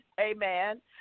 amen